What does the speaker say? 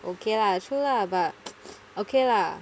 okay lah true lah but okay lah